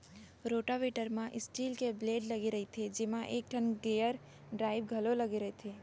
rotavator म steel के blade लगे रइथे जेमा एकठन गेयर ड्राइव घलौ लगे रथे